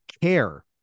care